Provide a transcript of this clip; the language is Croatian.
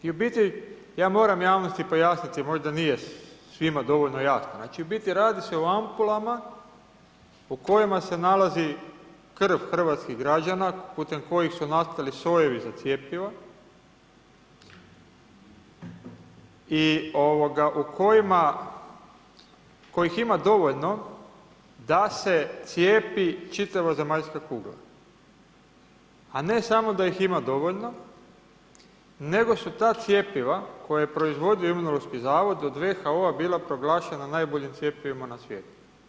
I u biti ja moram javnosti pojasniti, možda nije svima dovoljno jasno, u biti radi se o ampulama u kojima se nalazi krv hrvatskih građana putem kojih su nastali sojevi za cjepiva i u kojih ima dovoljno da se cijepi čitava zemaljska kugla, a ne samo da ih ima dovoljno, nego su ta cjepiva koja je proizvodio Imunološki zavod od VHO-a bila proglašena najboljim cjepivima na svijetu.